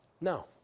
No